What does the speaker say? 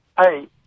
Hey